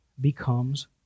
becomes